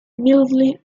mildly